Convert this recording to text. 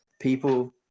people